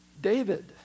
David